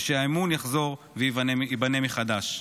ושהאמון יחזור וייבנה מחדש.